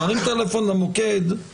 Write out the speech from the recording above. להרים טלפון למוקד, נכון?